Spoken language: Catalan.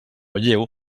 lleu